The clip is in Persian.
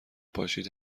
پاشید